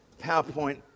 PowerPoint